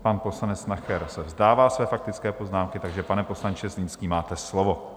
Pan poslanec Nacher se vzdává své faktické poznámky, takže, pane poslanče Zlínský, máte slovo.